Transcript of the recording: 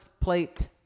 plate